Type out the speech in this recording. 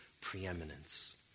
preeminence